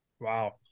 Wow